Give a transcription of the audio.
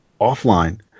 offline